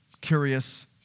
curious